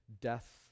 death